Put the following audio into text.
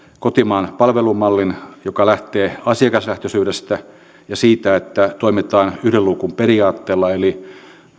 kotimaan palvelumallin joka lähtee asiakaslähtöisyydestä ja siitä että toimitaan yhden luukun periaatteella eli